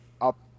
up